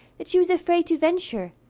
that she was afraid to venture,